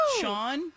Sean